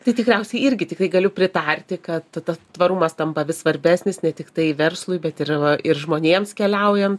tai tikriausiai irgi tikrai galiu pritarti kad tvarumas tampa vis svarbesnis ne tiktai verslui bet ir va ir žmonėms keliaujant